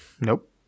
Nope